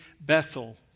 Bethel